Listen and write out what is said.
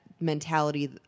mentality